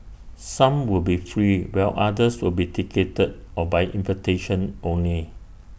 some will be free while others will be ticketed or by invitation only